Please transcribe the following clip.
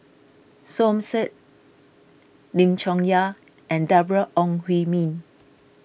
Som Said Lim Chong Yah and Deborah Ong Hui Min